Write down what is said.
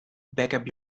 backup